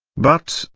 but,